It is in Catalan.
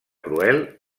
cruel